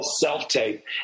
self-tape